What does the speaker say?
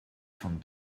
von